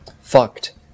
fucked